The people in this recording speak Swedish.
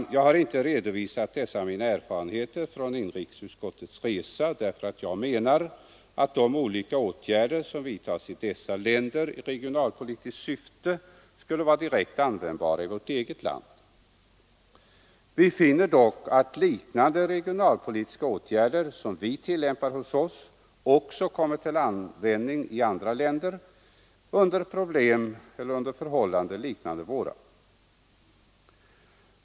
Jag har inte redovisat dessa mina erfarenheter från inrikesutskottets resa därför att jag menar att de olika åtgärder som vidtas i dessa länder i regionalpolitiskt syfte skulle vara direkt användbara i vårt eget land. Vi finner dock att liknande regionalpolitiska åtgärder, som vi tillämpar hos oss, också kommer till användning även i andra länder under förhållanden liknande våra.